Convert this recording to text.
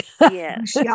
Yes